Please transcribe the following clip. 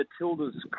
Matilda's